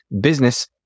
business